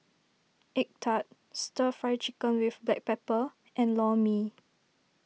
Egg Tart Stir Fry Chicken with Black Pepper and Lor Mee